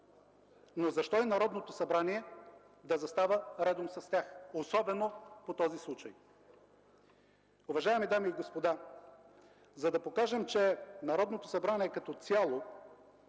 Но защо и Народното събрание да застава редом с тях, особено по този случай? Уважаеми дами и господа, за да покажем, че Народното събрание като цяло